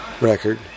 record